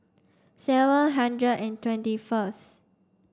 seven hundred and twenty first